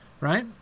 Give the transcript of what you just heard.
right